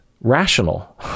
rational